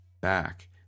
back